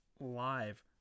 live